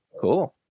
Cool